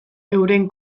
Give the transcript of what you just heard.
euren